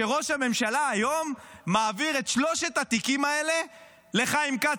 שראש הממשלה מעביר היום את שלושת התיקים האלה לחיים כץ,